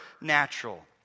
natural